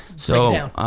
so,